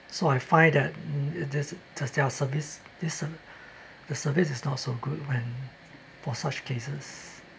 so I find that it is the their service this ser~ the service is not so good when for such cases